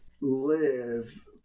live